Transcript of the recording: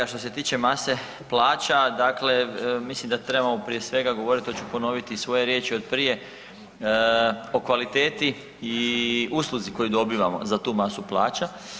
Što se tiče mase plaća, dakle mislim da trebamo prije svega govorit, to ću ponovit i svoje riječi od prije, o kvaliteti i usluzi koju dobivamo za tu masu plaća.